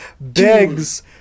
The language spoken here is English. begs